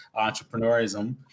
entrepreneurism